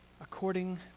according